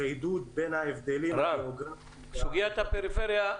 סוגיית הפריפריה,